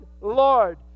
Lord